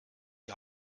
die